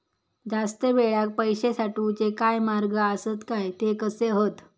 जास्त वेळाक पैशे साठवूचे काय मार्ग आसत काय ते कसे हत?